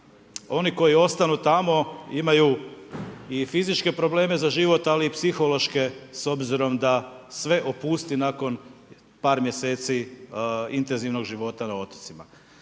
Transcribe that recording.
oni koji ostanu tamo imaju i fizičke probleme za život, ali i psihološke s obzirom da sve opusti nakon par mjeseci intenzivnog života na otocima.